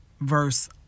Verse